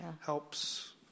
helps